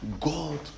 God